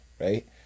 right